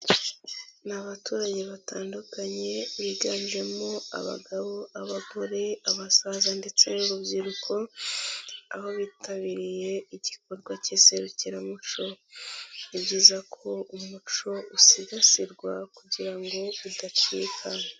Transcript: Ni abaturage batandukanye biganjemo abagabo, abagore, abasaza ndetse n'urubyiruko aho bitabiriye igikorwa cy'iserukiramuco, ni byiza ko umuco usigasirwa kugira ngo udacika.